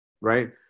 right